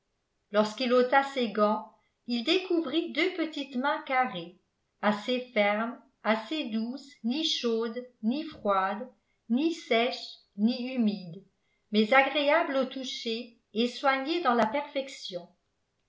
lorsqu'il ôta ses gants il découvrit deux petites mains carrées assez fermes assez douces ni chaudes ni froides ni sèches ni humides mais agréables au toucher et soignées dans la perfection